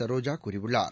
சரோஜா கூறியுள்ளார்